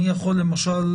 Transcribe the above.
אני יכול למשל,